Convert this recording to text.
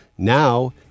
Now